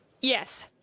Yes